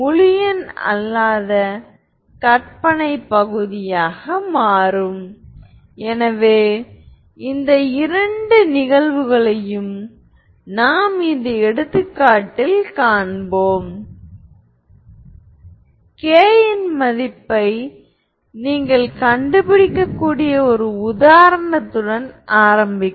உண்மையான ஹெர்மிடியன் மேட்ரிக்ஸின் ஐகென் வெக்டார்களை நீங்கள் கருத்தில் கொண்டால் சமச்சீர் அணி